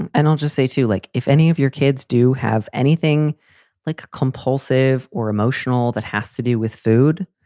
and and i'll just say, too, like if any of your kids do have anything like compulsive or emotional, that has to do with food.